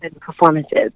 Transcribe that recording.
performances